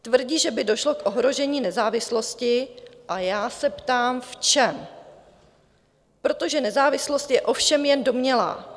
Tvrdí, že by došlo k ohrožení nezávislosti, a já se ptám v čem, protože nezávislost je ovšem jen domnělá.